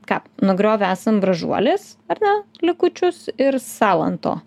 ką nugriovę esam bražuolės ar ne likučius ir salanto